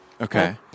Okay